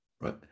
right